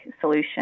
solution